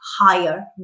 higher